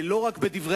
לא רק בכנסת,